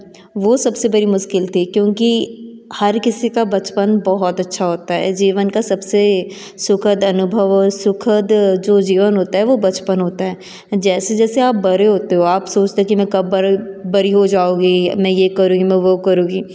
वह सबसे बड़ी मुश्किल थी क्योंकि हर किसी का बचपन बहुत अच्छा होता है जीवन का सबसे सुखद अनुभव सुखद जो जीवन होता है वह बचपन होता है जैसे जैसे आप बड़े होते हो आप सोचते हो कि मैं कब बड़े बड़ी हो जाऊँगी मैं यह करूँगी वह करूँगी